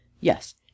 yes